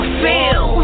feel